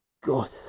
god